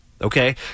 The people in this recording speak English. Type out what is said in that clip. okay